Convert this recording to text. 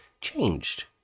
changed